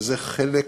וזה חלק